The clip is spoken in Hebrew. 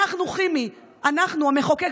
אנחנו, חימי, אנחנו, המחוקק.